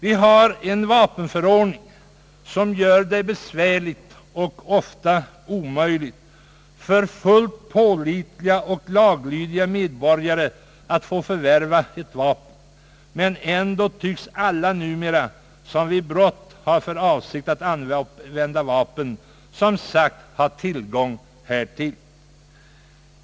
Vi har en vapenförordning som gör det besvärligt och ofta omöjligt för fullt pålitliga och laglydiga medborgare att få förvärva ett vapen. Men ändå tycks alla som har för avsikt att använda vapen i samband med brott numera ha tillgång härtill.